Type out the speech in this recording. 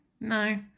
no